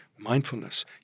mindfulness